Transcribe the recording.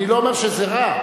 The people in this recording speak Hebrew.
אני לא אומר שזה רע,